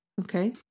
okay